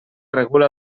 regula